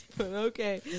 Okay